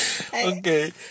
Okay